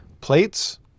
Plates